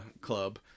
club